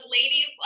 ladies